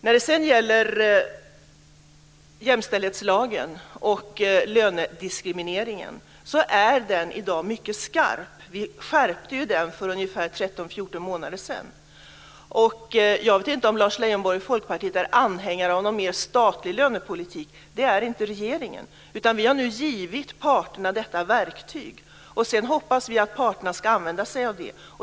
När det sedan gäller jämställdhetslagen och lönediskrimineringen vill jag säga att jämställdhetslagen i dag är mycket skarp. Vi skärpte den för 13-14 månader sedan. Jag vet inte om Lars Leijonborg och Folkpartiet är anhängare av någon mer statlig lönepolitik. Det är inte regeringen. Vi har nu givit parterna detta verktyg, och sedan hoppas vi att parterna ska använda sig av det.